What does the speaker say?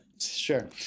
sure